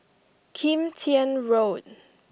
Kim Tian Road